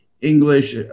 English